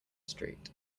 street